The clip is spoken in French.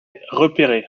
repérée